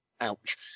ouch